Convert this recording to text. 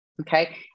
Okay